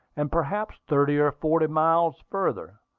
and perhaps thirty or forty miles farther.